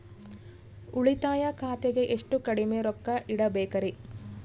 ಉಳಿತಾಯ ಖಾತೆಗೆ ಎಷ್ಟು ಕಡಿಮೆ ರೊಕ್ಕ ಇಡಬೇಕರಿ?